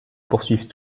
poursuivent